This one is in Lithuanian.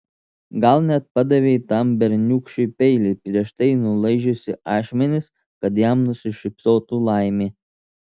gal net padavei tam berniūkščiui peilį prieš tai nulaižiusi ašmenis kad jam nusišypsotų laimė